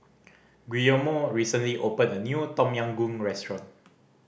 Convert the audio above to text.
Guillermo recently opened a new Tom Yam Goong restaurant